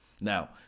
Now